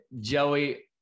Joey